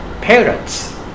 parents